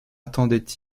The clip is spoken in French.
attendaient